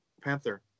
Panther